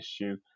issue